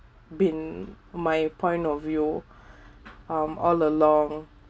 been my point of view um all along